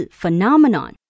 phenomenon